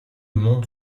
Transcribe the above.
monde